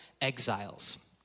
exiles